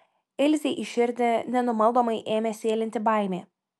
ilzei į širdį nenumaldomai ėmė sėlinti baimė